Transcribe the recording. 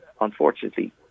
unfortunately